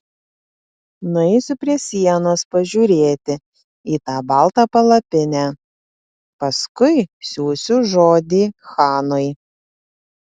nueisiu prie sienos pažiūrėti į tą baltą palapinę paskui siųsiu žodį chanui